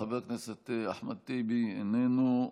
חבר הכנסת אחמד טיבי, איננו.